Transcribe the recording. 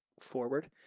forward